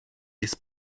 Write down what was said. this